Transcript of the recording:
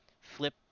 flip